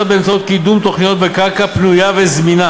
באמצעות קידום תוכניות בקרקע פנויה וזמינה,